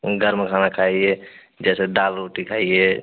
गर्म खाना खाइए जैसे दाल रोटी खाइए